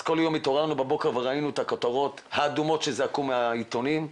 אז כל יום התעוררנו בבוקר וראינו את הכותרות האדומות שזעקו מהעיתונים.